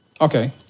Okay